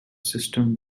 system